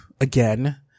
again